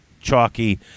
chalky